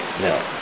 No